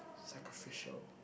sacrificial